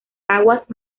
aguas